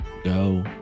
go